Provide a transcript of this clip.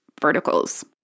verticals